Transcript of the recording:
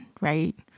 right